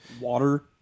Water